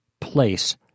place